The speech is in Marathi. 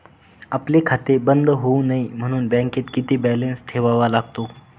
आपले खाते बंद होऊ नये म्हणून बँकेत किती बॅलन्स ठेवावा लागतो?